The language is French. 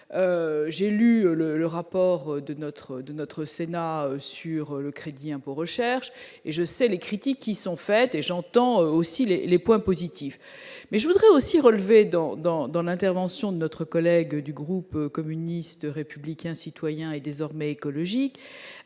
j'ai lu le le rapport de notre de notre Sénat sur le crédit impôt recherche et je sais les critiques qui sont faites et j'entends aussi les les points positifs mais je voudrais aussi relevé dans dans dans l'intervention de notre collègue du groupe communiste républicain citoyen est désormais écologique.